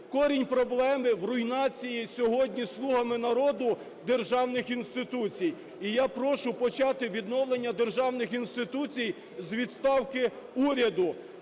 Корінь проблеми – в руйнації сьогодні "слугами народу" державних інституцій. І я прошу почати відновлення державних інституцій з відставки уряду.